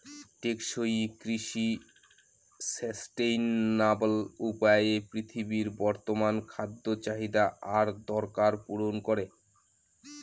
টেকসই কৃষি সাস্টেইনাবল উপায়ে পৃথিবীর বর্তমান খাদ্য চাহিদা আর দরকার পূরণ করে